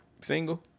single